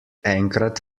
enkrat